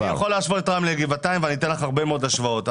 אני יכול לתת לך הרבה מאוד השוואות.